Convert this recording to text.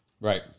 Right